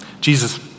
Jesus